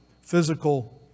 physical